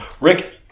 Rick